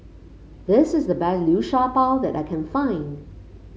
this is the best Liu Sha Bao that I can find